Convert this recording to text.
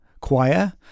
Choir